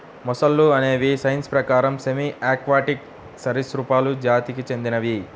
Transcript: మొసళ్ళు అనేవి సైన్స్ ప్రకారం సెమీ ఆక్వాటిక్ సరీసృపాలు జాతికి చెందినవి